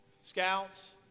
Scouts